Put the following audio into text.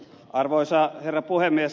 arvoisa herra puhemies